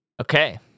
Okay